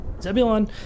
Zebulon